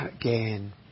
again